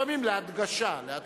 לפעמים להדגשה, להדגשה.